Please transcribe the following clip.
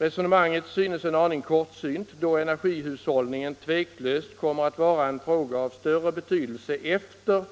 Resonemanget synes en aning kortsynt då energihushållningen tveklöst kommer att vara en fråga av större betydelse efter